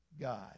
God